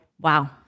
Wow